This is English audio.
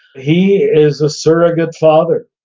he is a surrogate father,